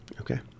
Okay